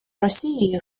росією